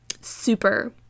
super